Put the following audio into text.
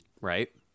Right